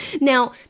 Now